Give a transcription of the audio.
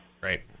Right